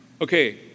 Okay